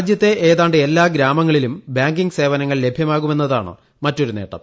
രാജ്യത്തെ ഏതാണ്ട് എല്ലാ ഗ്രാമങ്ങളിലും ബാങ്കിംഗ് സേവനങ്ങൾ ലഭ്യമാകുമെന്നതാണ് മറ്റൊരു നേട്ടം